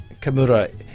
Kamura